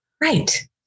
Right